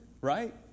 right